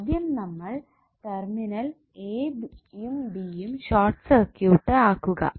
ആദ്യം തന്നെ terminal A യും ബി യും ഷോർട്ട് സർക്യൂട്ട് ആക്കുക